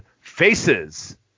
Faces